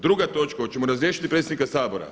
Druga točka, hoćemo razriješiti predsjednika Sabora.